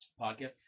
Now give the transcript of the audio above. podcast